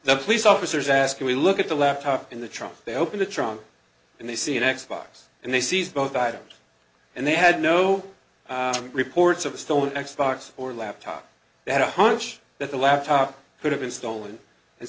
again the police officers asking we look at the laptop in the trunk they open the trunk and they see an x box and they seized both items and they had no reports of a stolen x box or laptop they had a hunch that the laptop could have been stolen and